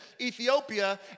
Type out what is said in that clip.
Ethiopia